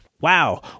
Wow